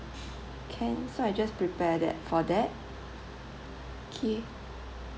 can so I just prepare that for that okay